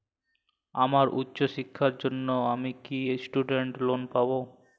আমার উচ্চ শিক্ষার জন্য আমি কি স্টুডেন্ট লোন পাবো